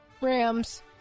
Rams